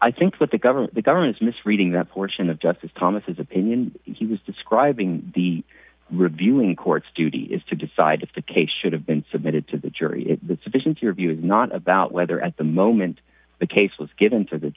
i think that the government the government's misreading that portion of justice thomas opinion he was describing the reviewing court's duty is to decide if the case should have been submitted to the jury is that sufficient your view is not about whether at the moment the case was given to the